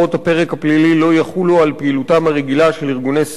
הפלילי לא יחולו על פעילותם הרגילה של ארגוני סיוע,